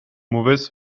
mauvaises